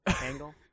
angle